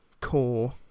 core